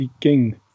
king